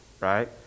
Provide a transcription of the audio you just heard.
right